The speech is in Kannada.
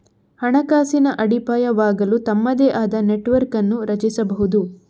ಹಣಕಾಸಿನ ಅಡಿಪಾಯವಾಗಲು ತಮ್ಮದೇ ಆದ ನೆಟ್ವರ್ಕ್ ಅನ್ನು ರಚಿಸಬಹುದು